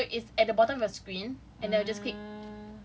okay so it's at the bottom of the screen and then just click